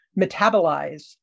metabolize